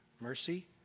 mercy